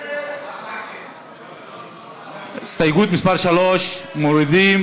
3. הסתייגות מס' 3, מורידים.